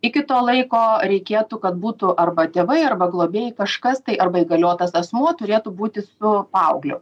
iki to laiko reikėtų kad būtų arba tėvai arba globėjai kažkas tai arba įgaliotas asmuo turėtų būti su paaugliu